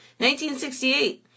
1968